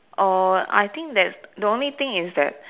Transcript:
or I think that the only thing is that